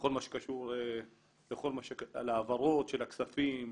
בכל מה שקשור להעברות של הכספים,